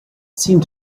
seemed